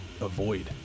avoid